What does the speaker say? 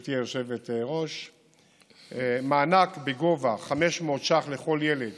גברתי היושבת-ראש: מענק בגובה 500 ש"ח לכל ילד